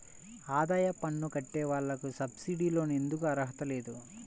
ఆదాయ పన్ను కట్టే వాళ్లకు సబ్సిడీ లోన్ ఎందుకు అర్హత లేదు?